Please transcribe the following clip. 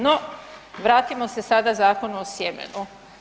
No vratimo se sada Zakonu o sjemenu.